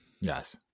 Yes